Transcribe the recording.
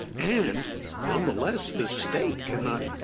and nonetheless, the state cannot,